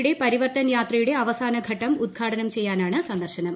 യുടെ പരിവർത്തൻ യാത്രയുടെ അവസാന ഘട്ടം ഉദ്ഘാടനം ചെയ്യാനാണ് സന്ദർശനം